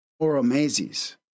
Oromazes